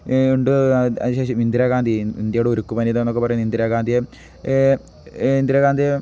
ഉണ്ട് അതിന് ശേഷം ഇന്ദിരഗാന്ധി ഇന്ത്യയുടെ ഉരുക്കു വനിത എന്നൊക്കെ പറയുന്ന ഇന്ദിരാഗാന്ധിയ ഇന്ദിരാ ഗാഗാന്ധിയെ